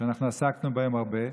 שאנחנו עסקנו בהם הרבה.